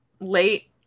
late